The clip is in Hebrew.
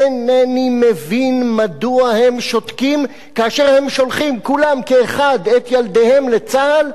אינני מבין מדוע הם שותקים כאשר הם שולחים כולם כאחד את ילדיהם לצה"ל,